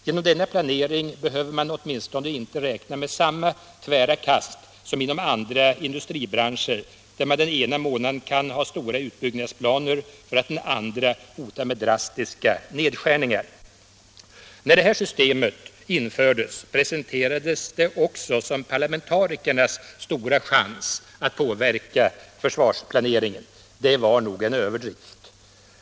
Genom denna planering behöver man åtminstone inte räkna med samma tvära kast som inom andra industribranscher, där man den ena månaden kan ha stora Allmänpolitisk debatt Allmänpolitisk debatt utbyggnadsplaner för att den andra hota med drastiska nedskärningar. När det här systemet infördes presenterades det som parlamentarikernas stora chans att påverka försvarsplaneringen. Det var nog en överdrift.